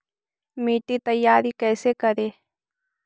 मिट्टी तैयारी कैसे करें?